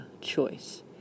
choice